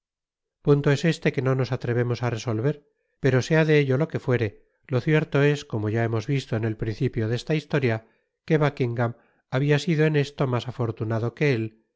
punto es este que no nos atrevemos á resolver pero sea de ello lo que fuere lo cierto es como ya hemos visto en el principio de esta historia que buckingam habia sido en esto mas afortunado que él